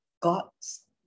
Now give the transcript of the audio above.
God's